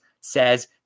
says